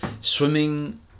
swimming